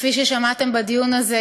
כפי ששמעתם בדיון הזה,